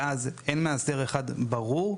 ואז אין מאסדר אחד ברור.